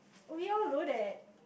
we all load that